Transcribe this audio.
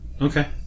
Okay